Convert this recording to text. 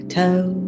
toe